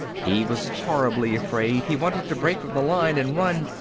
he was horribly afraid, he wanted to break from the line and run,